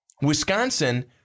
Wisconsin